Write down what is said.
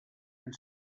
han